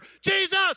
Jesus